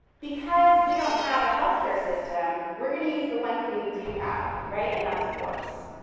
because we don't have a healthcare system, we're gonna use the one thing we do have, right, and that's force.